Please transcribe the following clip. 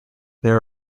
there